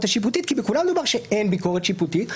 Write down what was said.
השיפוטית כי בכולם מדובר שאין ביקורת שיפוטית,